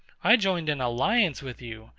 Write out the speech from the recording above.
i joined in alliance with you,